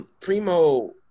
Primo